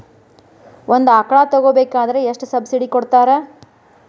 ಒಂದು ಆಕಳ ತಗೋಬೇಕಾದ್ರೆ ಎಷ್ಟು ಸಬ್ಸಿಡಿ ಕೊಡ್ತಾರ್?